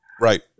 Right